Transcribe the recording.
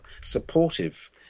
supportive